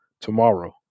tomorrow